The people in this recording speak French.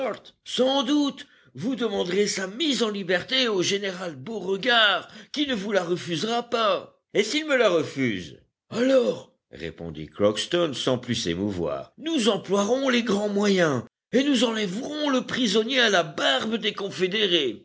sans doute vous demanderez sa mise en liberté au général beauregard qui ne vous la refusera pas et s'il me la refuse alors répondit crockston sans plus s'émouvoir nous emploierons les grands moyens et nous enlèverons le prisonnier à la barbe des confédérés